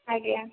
ଆଜ୍ଞା